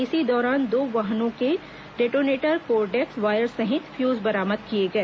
इसी दौरान दो वाहनों से डेटोनेटर कोरडेक्स वायर सहित फ्यूज बरामद किए गए